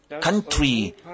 country